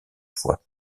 fois